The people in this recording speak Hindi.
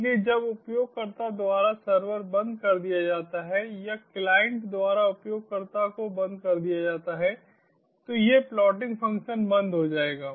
इसलिए जब उपयोगकर्ता द्वारा सर्वर बंद कर दिया जाता है या क्लाइंट द्वारा उपयोगकर्ता को बंद कर दिया जाता है तो यह प्लॉटिंग फ़ंक्शन बंद हो जाएगा